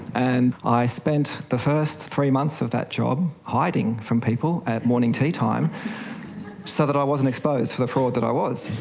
and i spent the first three months of that job hiding from people at morning tea time so that i wasn't exposed for the fraud that i was.